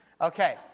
Okay